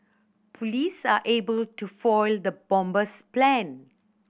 police are able to foil the bomber's plan